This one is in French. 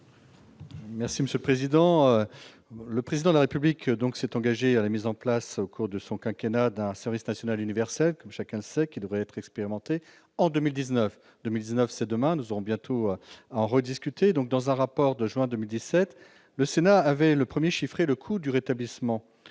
Merci Monsieur le Président, le président de la République, donc, s'est engagé à la mise en place au cours de son quinquennat d'un service national universel comme chacun sait, qui devrait être expérimenté en 2019, 2019, c'est demain, nous aurons bientôt en rediscuter donc dans un rapport de juin 2017, le Sénat avait le 1er chiffré le coût du rétablissement